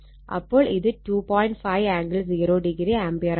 5 angle 0° ആംപിയറാണ്